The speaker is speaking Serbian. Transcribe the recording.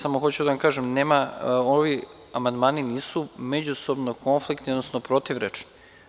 Samo hoću da vam kažem, ovi amandmani nisu međusobno konfliktni, odnosno protivrečni.